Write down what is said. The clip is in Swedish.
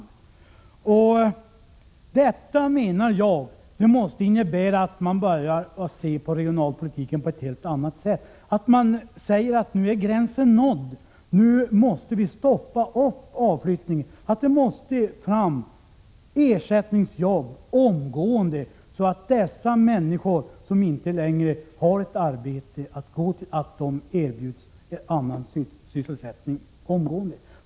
Man måste, menar jag, börja se på regionalpolitiken på ett helt annat sätt. Man måste säga: Nu är gränsen nådd, nu måste vi stoppa avflyttningen. Det måste fram ersättningsjobb omedelbart, så att de människor som inte längre har ett arbete att gå till omgående erbjuds annan sysselsättning.